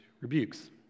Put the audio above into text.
rebukes